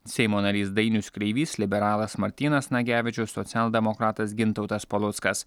seimo narys dainius kreivys liberalas martynas nagevičius socialdemokratas gintautas paluckas